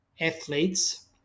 athletes